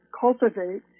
cultivate